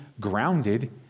grounded